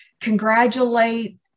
congratulate